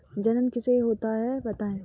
जनन कैसे होता है बताएँ?